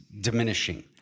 diminishing